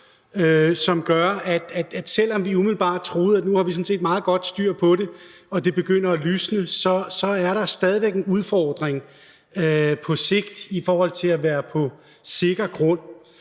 som gør, at selv om vi umiddelbart troede, at nu har vi sådan set meget godt styr på det, og at det begynder at lysne, så er der stadig væk en udfordring på sigt i forhold til at være på sikker grund.